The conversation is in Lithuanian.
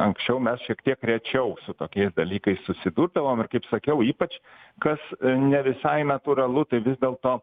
anksčiau mes šiek tiek rečiau su tokiais dalykais susidurdavom ir kaip sakiau ypač kas ne visai natūralu tai vis dėlto